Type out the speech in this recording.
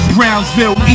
Brownsville